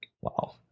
Wow